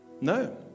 No